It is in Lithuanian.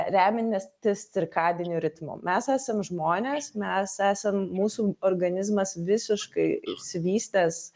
remiania tis cirkadiniu ritmu mes esam žmonės mes esam mūsų organizmas visiškai išsivystęs